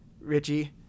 Richie